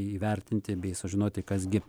įvertinti bei sužinoti kas gi